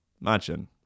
Imagine